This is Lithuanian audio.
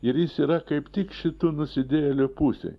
ir jis yra kaip tik šitų nusidėjėlių pusėj